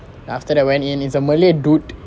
after that went in is a malay dude